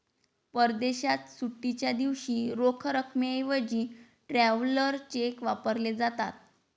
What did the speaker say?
परदेशात सुट्टीच्या दिवशी रोख रकमेऐवजी ट्रॅव्हलर चेक वापरले जातात